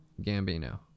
Gambino